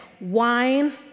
wine